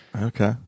Okay